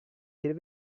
can